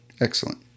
Excellent